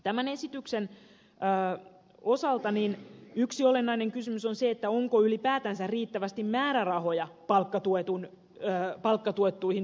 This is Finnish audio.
tämän esityksen osalta yksi olennainen kysymys on se onko ylipäätänsä riittävästi määrärahoja palkkatuettuihin työpaikkoihin